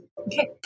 Okay